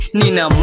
nina